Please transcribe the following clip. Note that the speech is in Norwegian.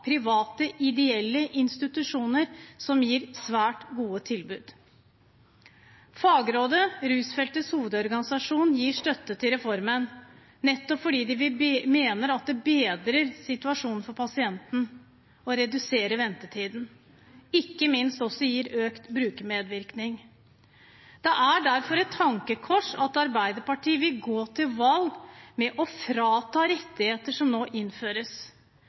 private, ideelle institusjoner som gir svært gode tilbud. Fagrådet – Rusfeltets hovedorganisasjon gir støtte til reformen, nettopp fordi de mener at den bedrer situasjonen for pasienten og reduserer ventetiden, og ikke minst også gir økt brukermedvirkning. Det er derfor et tankekors at Arbeiderpartiet vil gå til valg på å frata rettigheter som nå innføres.